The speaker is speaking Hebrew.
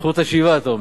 זכות השיבה, אתה אומר.